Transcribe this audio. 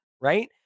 right